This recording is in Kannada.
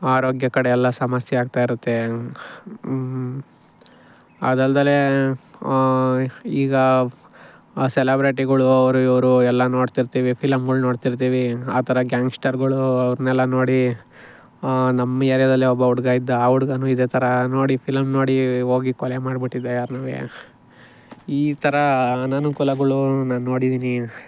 ಆರೋಗ್ಯ ಕಡೆ ಎಲ್ಲ ಸಮಸ್ಯೆ ಆಗ್ತಾಯಿರುತ್ತೆ ಅದಲ್ದೆ ಈಗ ಆ ಸೆಲಬ್ರೆಟಿಗಳು ಅವರು ಇವರು ಎಲ್ಲ ನೋಡ್ತಿರ್ತಿವಿ ಫಿಲಮ್ಗಳ್ ನೋಡ್ತಿರ್ತಿವಿ ಆ ಥರ ಗ್ಯಾಂಗ್ಸ್ಟರ್ಗಳು ಅವ್ರನ್ನೆಲ್ಲ ನೋಡಿ ನಮ್ಮ ಏರ್ಯಾದಲ್ಲೆ ಒಬ್ಬ ಹುಡ್ಗ ಇದ್ದ ಆ ಹುಡ್ಗನು ಇದೆ ಥರ ನೋಡಿ ಫಿಲಮ್ ನೋಡಿ ಹೋಗಿ ಕೊಲೆ ಮಾಡಿಬಿಟ್ಟಿದ್ದ ಯಾರ್ನೊವೇ ಈ ಥರ ಅನನುಕೂಲಗಳು ನಾನು ನೋಡಿದೀನಿ